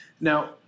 Now